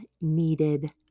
needed